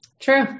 true